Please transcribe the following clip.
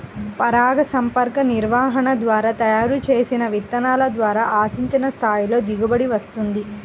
పరాగసంపర్క నిర్వహణ ద్వారా తయారు చేసిన విత్తనాల ద్వారా ఆశించిన స్థాయిలో దిగుబడి వస్తుంది